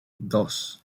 dos